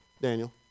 Daniel